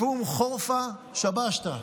לפום חורפא שבשתא.